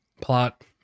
plot